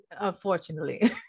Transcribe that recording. unfortunately